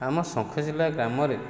ଆମ ଶଙ୍ଖଚିଲା ଗ୍ରାମରେ